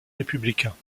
républicains